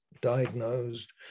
diagnosed